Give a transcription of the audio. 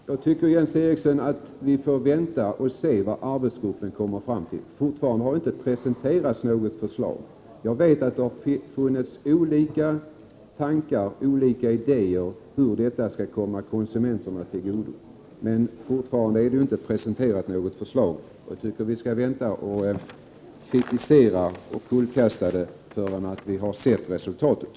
Herr talman! Jag tycker vi skall vänta och se vad arbetsgruppen kommer fram till, Jens Eriksson. Ännu har inte något förslag presenterats. Jag vet att det har funnits olika idéer om hur pengarna skall komma konsumenterna till godo, men ännu har inte något förslag presenterats. Jag tycker vi skall vänta med att kritisera det och kullkasta det innan vi har sett resultatet.